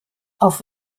auf